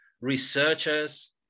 researchers